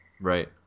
Right